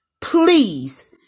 please